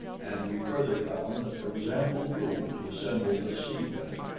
and we further found that there was ample room to assemble the sea-plane.